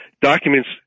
Documents